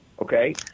Okay